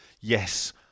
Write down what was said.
yes